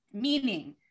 meaning